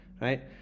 right